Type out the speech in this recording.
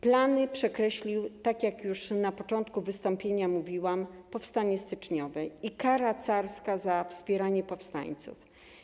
Plany przekreśliły, tak jak już na początku wystąpienia mówiłam, powstanie styczniowe i kara carska za wspieranie powstańców.